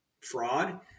fraud